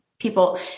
people